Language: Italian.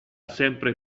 sempre